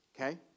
okay